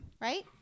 Right